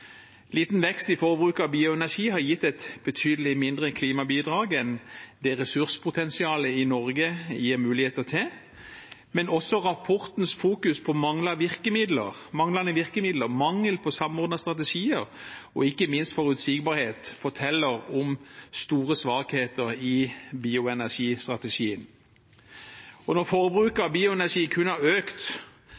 Liten vekst i forbruk av bioenergi har gitt et betydelig mindre klimabidrag enn det ressurspotensialet i Norge gir muligheter til, men også rapportens fokus på manglende virkemidler, mangel på samordnede strategier og ikke minst forutsigbarhet forteller om store svakheter i bioenergistrategien. Når forbruket